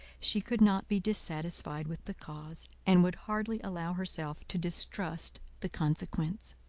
she could not be dissatisfied with the cause, and would hardly allow herself to distrust the consequence.